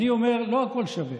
אני אומר: לא הכול שווה.